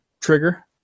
trigger